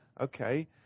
Okay